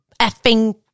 effing